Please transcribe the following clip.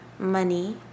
money